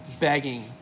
begging